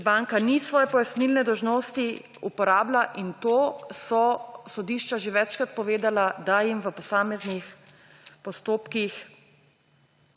Če banka ni svoje pojasnilne dolžnosti uporabila in to so sodišča že večkrat povedala, da jim v posameznih postopkih